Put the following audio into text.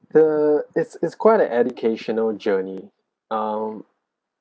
the is is quite an educational journey um